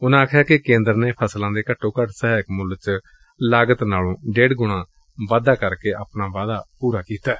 ਉਨਾਂ ਕਿਹਾ ਕਿ ਕੇਦਰ ਨੇ ਫਸਲਾਂ ਦੇ ਘੱਟੋ ਘੱਟ ਸਹਾਇਕ ਮੁੱਲ ਚ ਲਾਗਤ ਨਾਲੋ ਡੇਢ ਗੁਣਾ ਵਾਧਾ ਕਰਕੇ ਆਪਣਾ ਵਾਅਦਾ ਪੁਰਾ ਕੀਤੈ